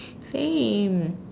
same